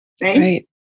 right